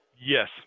Yes